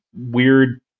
weird